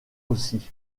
aussi